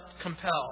compelled